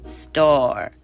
store